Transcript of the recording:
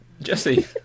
Jesse